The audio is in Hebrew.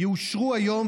יאושרו היום.